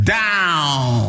down